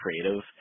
creative